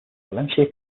valencia